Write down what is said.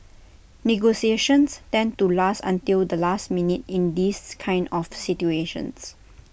negotiations tend to last until the last minute in these kind of situations